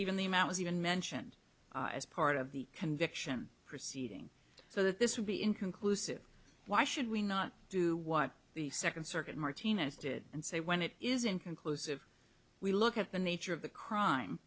even the amount was even mentioned as part of the conviction proceeding so that this would be inconclusive why should we not do what the second circuit martinez did and say when it is inconclusive we look at the nature of the crime